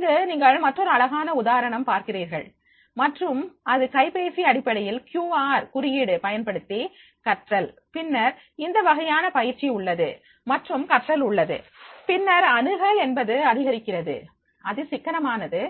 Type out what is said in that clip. இங்கு நீங்கள் மற்றொரு அழகான உதாரணம் பார்க்கிறீர்கள் மற்றும் அது கைபேசி அடிப்படையில் க்யூ ஆர் குறியீடு பயன்படுத்தி கற்றல் பின்னர் இந்த வகையான பயிற்சி உள்ளது மற்றும் கற்றல் உள்ளது பின்னர் அணுகல் என்பது அதிகரிக்கிறது அது சிக்கனமானது